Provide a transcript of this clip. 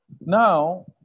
Now